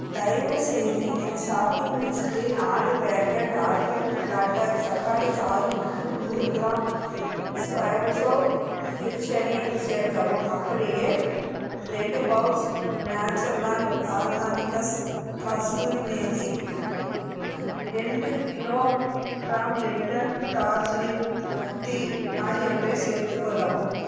தயவுசெய்து என் ஷாப்பிங் லிஸ்ட்டில் நாலு பாக்கெட் ஆர்ஃபண்ட் ஃப்ளாட்டர் தக்காளி சாறு மற்றும் நூறு கிராம் ஸ்வேரஸோ ஹிச்சனி சேர்க்கவும் அப்படியே ரெண்டு pouch Natureland Organics kasuri methi ரெண்டு கிலோகிராம் லிப்டன் டார்ஜிலிங் டீ ஆகியவற்றை சேர்த்துக்கொள்ளவும்